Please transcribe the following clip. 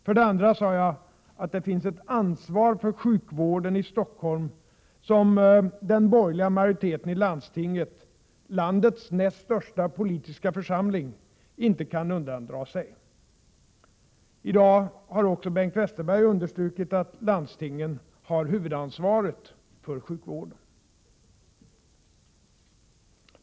För det andra sade jag att det finns ett ansvar för sjukvården i Stockholm som den borgerliga majoriteten i landstinget, landets näst största politiska församling, inte kan undandra sig. I dag har också Bengt Westerberg understrukit att landstingen har huvudansvaret för sjukvården.